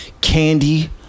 candy